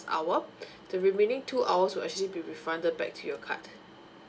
hour the remaining two hours will actually be refunded back to your card